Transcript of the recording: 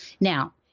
Now